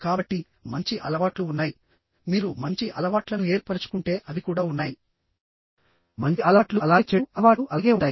కాబట్టి మంచి అలవాట్లు ఉన్నాయి మీరు మంచి అలవాట్లను ఏర్పరచుకుంటే అవి కూడా ఉన్నాయి మంచి అలవాట్లు అలాగే చెడు అలవాట్లు అలాగే ఉంటాయి